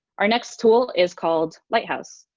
our next tool is called lighthouse.